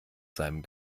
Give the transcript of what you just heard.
seinem